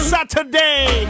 Saturday